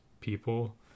people